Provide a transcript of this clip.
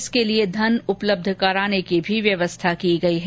इसके लिए धन उपलब्ध कराने की भी व्यवस्था की गई है